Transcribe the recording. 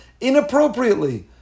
inappropriately